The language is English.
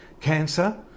Cancer